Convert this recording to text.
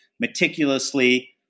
meticulously